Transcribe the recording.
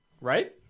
Right